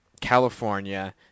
California